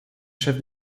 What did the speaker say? chef